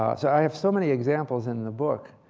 um so i have so many examples in the book.